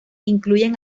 incluyen